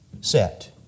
set